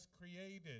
created